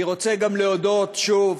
אני רוצה גם להודות שוב